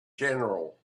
general